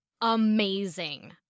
amazing